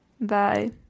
Bye